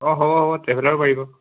অঁ হ'ব হ'ব ট্ৰেভেলাৰো পাৰিব